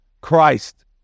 Christ